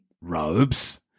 robes